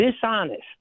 dishonest